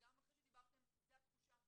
וגם אחרי שדיברתם זו התחושה